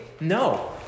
No